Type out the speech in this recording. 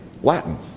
Latin